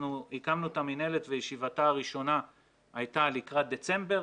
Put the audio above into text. אנחנו הקמנו את המינהלת וישיבתה הראשונה הייתה לקראת דצמבר.